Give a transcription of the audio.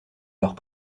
leurs